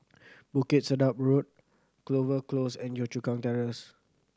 Bukit Sedap Road Clover Close and Yio Chu Kang Terrace